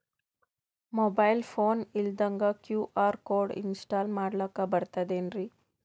Mobile phone ಇಲ್ದಂಗ QR code install ಮಾಡ್ಲಕ ಬರ್ತದೇನ್ರಿ?